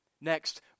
next